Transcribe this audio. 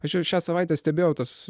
aš jau šią savaitę stebėjau tas